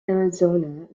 arizona